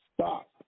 Stop